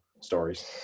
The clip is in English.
stories